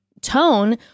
tone